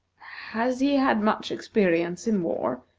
has he had much experience in war?